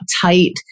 tight